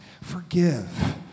Forgive